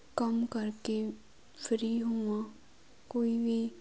ਕੰਮ ਕਰਕੇ ਫਰੀ ਹੋਵਾਂ ਕੋਈ ਵੀ